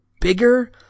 bigger